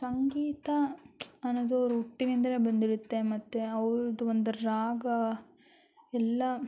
ಸಂಗೀತ ಅನ್ನೋದು ಅವ್ರ ಹುಟ್ಟಿನಿಂದನೇ ಬಂದಿರುತ್ತೆ ಮತ್ತು ಅವ್ರ್ದೊಂದು ರಾಗ ಎಲ್ಲ